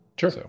Sure